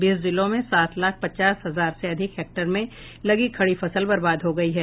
बीस जिलों में सात लाख पचास हजार से अधिक हेक्टेयर में लगी खड़ी फसल बर्बाद हो गई है